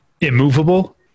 immovable